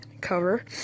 cover